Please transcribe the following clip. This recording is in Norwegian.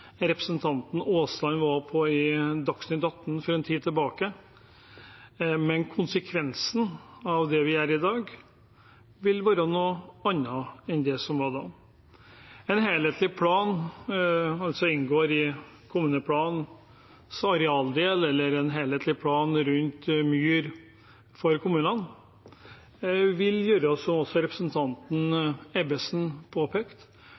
representanten Aasland deltok i i Dagsnytt 18 en tid tilbake, men konsekvensen av det vi gjør i dag, vil være noe annet enn det som var da. En helhetlig plan som inngår i kommuneplanens arealdel, eller en helhetlig plan rundt myr for kommunene vil, som også representanten Ebbesen påpekte,